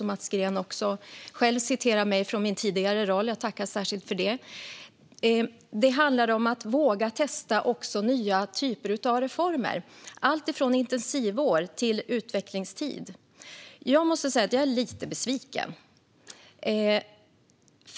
Mats Green citerar mig från min tidigare roll, och jag tackar särskilt för det. Det handlar också om att våga testa nya typer av reformer - alltifrån intensivår till utvecklingstid. Jag måste säga att jag är lite besviken.